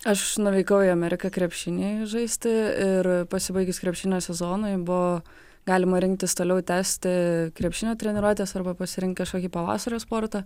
aš nuvykau į ameriką krepšiniui žaisti ir pasibaigus krepšinio sezonui buvo galima rinktis toliau tęsti krepšinio treniruotes arba pasirink kažkokį pavasario sportą